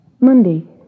Monday